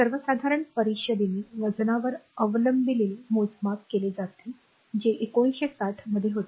सर्वसाधारण परिषदेने वजनावर अवलंबिलेले मोजमाप केले जाते जे 1960 मध्ये होते